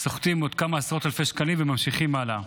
וסוחטים עוד כמה עשרות אלפי שקים וממשיכים הלאה.